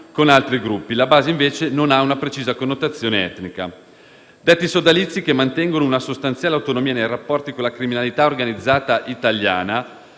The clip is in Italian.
con altri gruppi. La base, invece, non ha una precisa connotazione etnica. Detti sodalizi, che mantengono una sostanziale autonomia nei rapporti con la criminalità organizzata italiana,